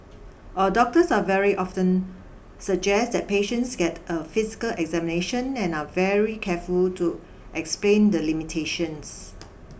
our doctors are very often suggest that patients get a physical examination and are very careful to explain the limitations